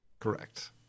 Correct